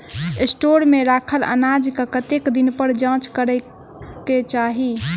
Store मे रखल अनाज केँ कतेक दिन पर जाँच करै केँ चाहि?